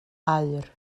aur